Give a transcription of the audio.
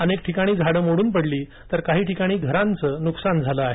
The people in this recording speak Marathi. अनेक ठिकाणी झाडं मोडून पडली तर काही घरांचंही नुकसान झालं आहे